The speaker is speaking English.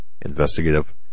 investigative